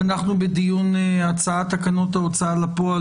אנחנו בדיון הצעת תקנות ההוצאה לפועל